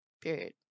Period